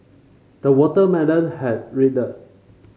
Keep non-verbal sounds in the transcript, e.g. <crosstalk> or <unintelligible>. the watermelon has <unintelligible>